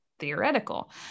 Theoretical